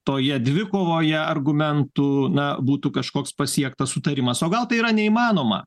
toje dvikovoje argumentų na būtų kažkoks pasiektas sutarimas o gal tai yra neįmanoma